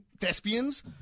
thespians